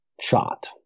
shot